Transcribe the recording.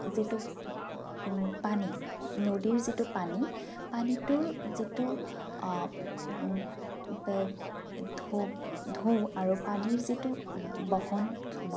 যিটো পানী নদীৰ যিটো পানী পানীটোৰ যিটো ঢৌ আৰু পানীৰ যিটো বহন ক্ষমতা